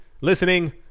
listening